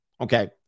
Okay